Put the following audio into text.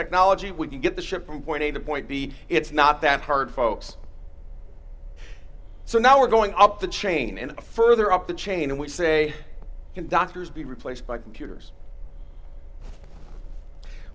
technology we can get the ship from point a to point b it's not that hard folks so now we're going up the chain and further up the chain and we say can doctors be replaced by computers